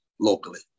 locally